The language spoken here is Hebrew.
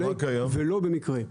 ולא במקרה.